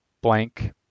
blank